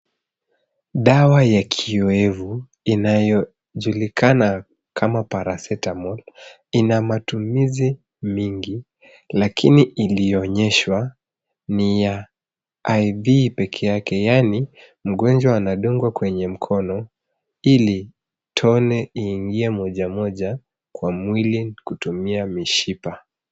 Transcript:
Dawa ya kiowevu, inayojulikana kama Paracetamol, ina matumizi mingi, lakini iliyoonyeshwa, ni ya IV peke yake, yaani mgonjwa anadungwa kwenye mkono, ili tone iingie moja moja, kwa mwili kutumia mishipa.